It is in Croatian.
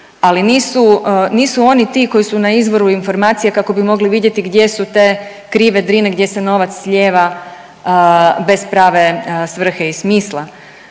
nisu oni ti koji su na izvoru informacija kako bi mogli vidjeti gdje su te krive Drine gdje se novac slijeva bez prave svrhe i smisla.